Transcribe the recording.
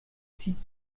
zieht